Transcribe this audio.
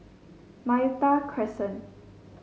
Malta Crescent